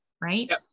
Right